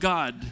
God